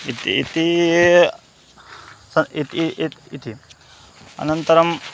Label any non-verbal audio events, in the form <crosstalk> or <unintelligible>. इति इति <unintelligible> इति अनन्तरम्